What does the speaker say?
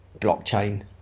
blockchain